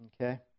Okay